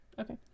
okay